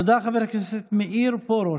תודה, חבר הכנסת מאיר פרוש.